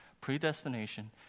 predestination